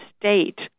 state